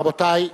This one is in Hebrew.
רבותי,